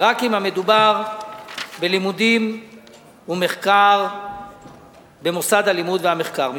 רק אם המדובר בלימודים ומחקר במוסד הלימוד והמחקר.